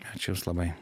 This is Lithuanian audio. ačiū jums labai